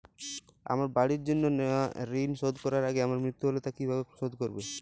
আমার বাড়ির জন্য নেওয়া ঋণ শোধ করার আগে আমার মৃত্যু হলে তা কে কিভাবে শোধ করবে?